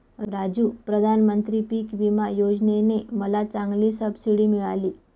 राजू प्रधानमंत्री पिक विमा योजने ने मला चांगली सबसिडी मिळाली